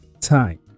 time